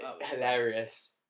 Hilarious